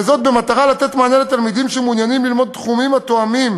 וזאת במטרה לתת מענה לתלמידים שמעוניינים ללמוד מקצועות התואמים